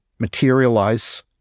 materialize